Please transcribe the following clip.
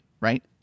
Right